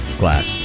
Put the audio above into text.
class